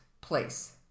place